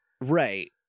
right